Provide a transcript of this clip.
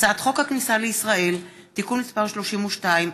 הצעת חוק הכניסה לישראל (תיקון מס' 32),